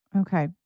Okay